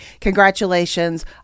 Congratulations